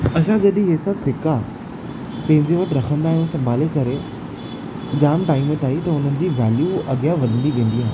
असां जॾहिं इहे सभु सिक्का पंहिंजे वटि रखंदा आहियूं संभाले करे जाम टाइम ताईं त उन जी वेल्यू अगि॒यां वधदी वेंदी आहे